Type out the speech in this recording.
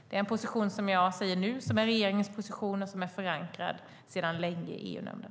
Det är en position som jag talar om nu, som är regeringens position och som är förankrad sedan länge i EU-nämnden.